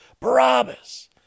Barabbas